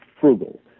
frugal